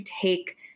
take